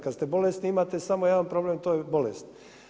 Kada ste bolesni imate samo jedan problem, to je bolest.